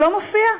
לא מופיע.